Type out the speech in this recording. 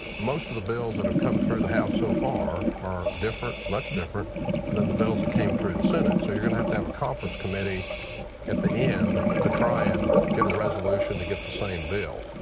most of the bills that have come through the house so far are much different than the bills that came through the senate. so you're gonna have to have a conference committee at the end to try and get a resolution to get the same bill.